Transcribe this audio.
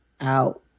out